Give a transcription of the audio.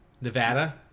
Nevada